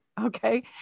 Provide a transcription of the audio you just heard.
Okay